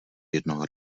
jednoho